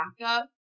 backup